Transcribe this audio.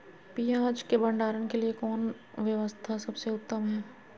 पियाज़ के भंडारण के लिए कौन व्यवस्था सबसे उत्तम है?